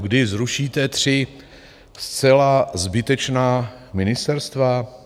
Kdy zrušíte tři zcela zbytečná ministerstva?